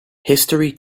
history